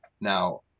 Now